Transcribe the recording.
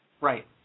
Right